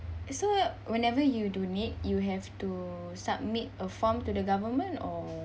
so whenever you donate you have to submit a form to the government or